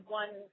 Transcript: one –